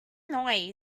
noise